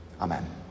Amen